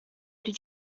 did